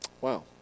Wow